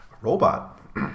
robot